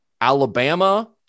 alabama